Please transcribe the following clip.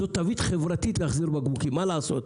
זו תווית חברתית להחזיר בקבוקים, מה לעשות?